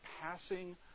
passing